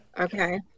Okay